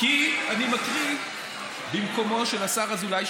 כי אני מקריא במקומו של השר אזולאי,